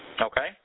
Okay